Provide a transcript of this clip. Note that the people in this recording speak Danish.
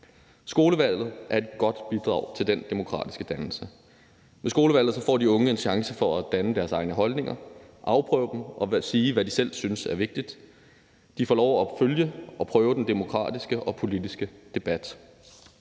Skolevalget er et godt bidrag til den demokratiske dannelse. Med skolevalget får de unge en chance for at danne deres egne holdninger, afprøve dem og sige, hvad de selv synes er vigtigt. De får lov at følge og prøve den demokratiske og politiske debat.